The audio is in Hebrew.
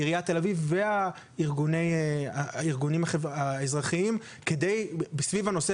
עיריית תל אביב והארגונים האזרחיים סביב הנושא